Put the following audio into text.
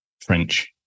French